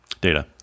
Data